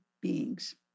beings